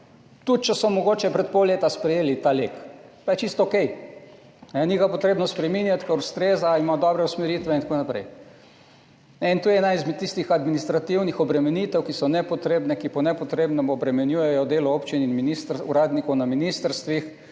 Tudi če so mogoče pred pol leta sprejeli ta LEK, pa je čisto okej, ni ga potrebno spreminjati, ker ustreza, ima dobre usmeritve in tako naprej. To je ena izmed tistih administrativnih obremenitev, ki so nepotrebne, ki po nepotrebnem obremenjujejo delo občin in uradnikov na ministrstvih,